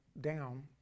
down